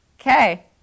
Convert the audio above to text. Okay